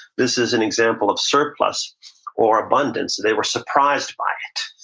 this is an example of surplus or abundance. they were surprised by it,